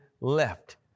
left